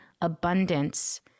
abundance